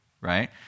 right